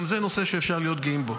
גם זה נושא שאפשר להיות גאים בו.